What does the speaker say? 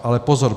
Ale pozor.